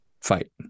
fight